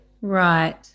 Right